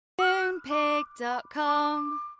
MoonPig.com